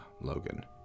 Logan